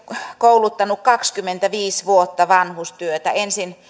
kouluttanut kaksikymmentäviisi vuotta vanhustyötä ensin